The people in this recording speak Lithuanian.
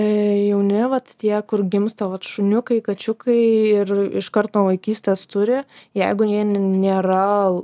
jauni vat tie kur gimsta vat šuniukai kačiukai ir iš kart nuo vaikystės turi jeigu jie nėra